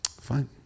Fine